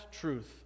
truth